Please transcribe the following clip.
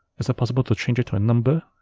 is it possible to change it to a number?